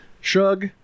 shrug